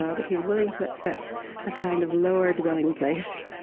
ah that he's willing to accept a kind of lower dwelling place,